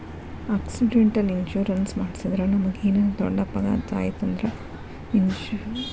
accidental insurance ಮಾಡಿಸಿದ್ರ ನಮಗೇನರ ದೊಡ್ಡ ಅಪಘಾತ ಆಯ್ತ್ ಅಂದ್ರ ಇನ್ಶೂರೆನ್ಸ್ ಕಂಪನಿಯಿಂದ ಖರ್ಚಾಗಿದ್ ಪೆ ಮಾಡ್ತಾರಾ